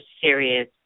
serious